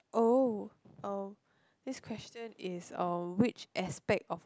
oh um next question is which aspect of